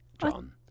John